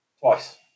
Twice